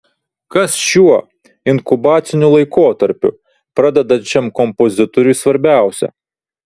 kas šiuo inkubaciniu laikotarpiu pradedančiam kompozitoriui svarbiausia